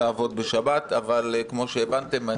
אבל כמו שהבנתם,